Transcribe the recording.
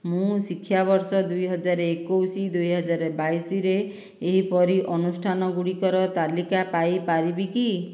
ମୁଁ ଶିକ୍ଷାବର୍ଷ ଦୁଇହଜାର ଏକୋଇଶ ଦୁଇହଜାର ବାଇଶରେ ଏହିପରି ଅନୁଷ୍ଠାନ ଗୁଡ଼ିକର ତାଲିକା ପାଇପାରିବି କି